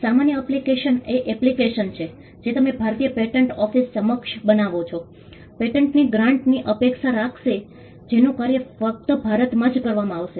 સામાન્ય એપ્લિકેશન એ એપ્લિકેશન છે જે તમે ભારતીય પેટન્ટ ઓફિસ સમક્ષ બનાવો છો પેટન્ટની ગ્રાન્ટgrantઅનુદાનની અપેક્ષા રાખશે જેનું કાર્ય ફક્ત ભારતમાં જ કરવામાં આવશે